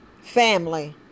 family